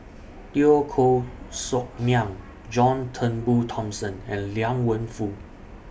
Teo Koh Sock Miang John Turnbull Thomson and Liang Wenfu